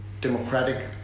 democratic